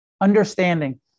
Understanding